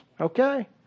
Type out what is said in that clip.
okay